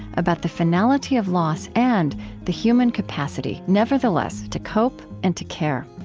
about the finality of loss and the human capacity nevertheless to cope and to care.